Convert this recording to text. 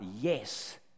yes